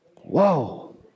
whoa